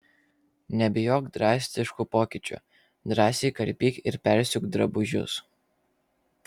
nebijok drastiškų pokyčių drąsiai karpyk ir persiūk drabužius